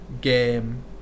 game